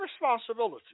responsibility